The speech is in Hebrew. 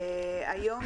היום,